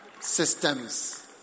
systems